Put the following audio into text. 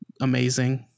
amazing